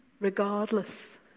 Regardless